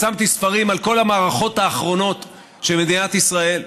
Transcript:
פרסמתי ספרים על כל המערכות האחרונות של מדינת ישראל.